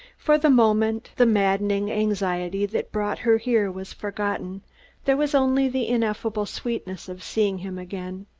for the moment the maddening anxiety that brought her here was forgotten there was only the ineffable sweetness of seeing him again.